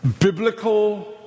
biblical